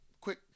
Quick